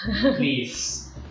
Please